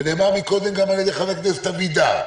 ונאמר קודם גם על ידי חבר הכנסת אבידר,